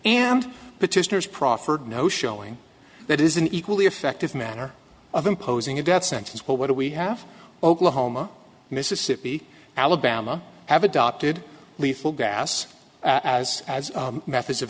and petitioners proffered no showing that is an equally if active manner of imposing a death sentence what do we have oklahoma mississippi alabama have adopted lethal gas as as methods of